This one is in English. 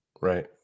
right